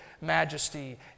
majesty